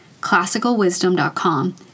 classicalwisdom.com